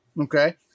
Okay